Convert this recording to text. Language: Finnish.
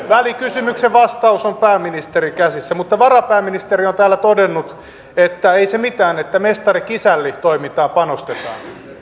välikysymyksen vastaus on pääministerin käsissä mutta varapääministeri on täällä todennut että ei se mitään että mestari kisälli toimintaan panostetaan